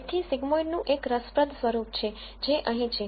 તેથી સિગ્મોઇડ નું એક રસપ્રદ સ્વરૂપ છે જે અહીં છે